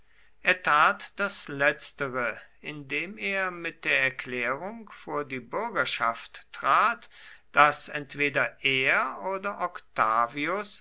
er tat das letztere indem er mit der erklärung vor die bürgerschaft trat daß entweder er oder octavius